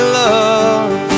love